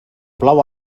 plou